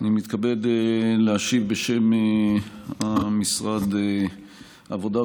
אני מתכבד להשיב בשם משרד העבודה,